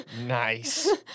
Nice